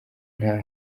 nta